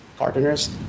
partners